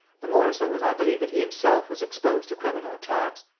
the more so as i believe that he himself was exposed to criminal attacks.